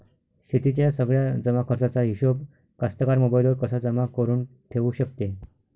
शेतीच्या सगळ्या जमाखर्चाचा हिशोब कास्तकार मोबाईलवर कसा जमा करुन ठेऊ शकते?